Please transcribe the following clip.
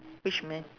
which man